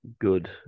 good